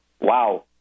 wow